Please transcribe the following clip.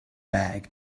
bag